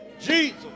Jesus